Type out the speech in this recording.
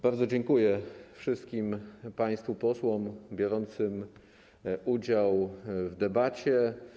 Bardzo dziękuję wszystkim państwu posłom biorącym udział w debacie.